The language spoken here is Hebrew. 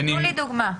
תנו לי דוגמה.